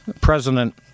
President